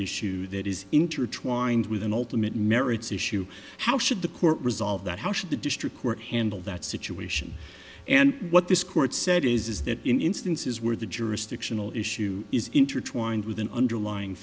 issue that is intertwined with an ultimate merits issue how should the court resolve that how should the district court handle that situation and what this court said is that in instances where the jurisdictional issue is intertwined with an underlying